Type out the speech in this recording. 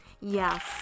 Yes